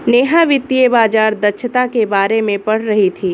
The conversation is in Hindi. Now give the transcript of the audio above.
नेहा वित्तीय बाजार दक्षता के बारे में पढ़ रही थी